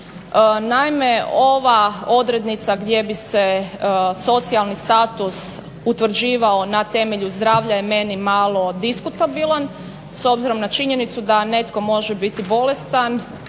Naime, ova odrednica gdje bi se socijalni status utvrđivao na temelju zdravlja je meni malo diskutabilan s obzirom na činjenicu da netko može biti bolestan